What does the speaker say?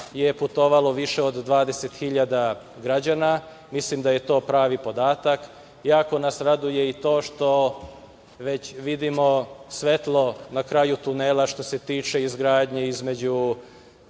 je putovalo više od 20.000 građana, mislim da je to pravi podatak. Jako nas raduje i to što već vidimo svetlo na kraju tunela što se tiče izgradnje pruge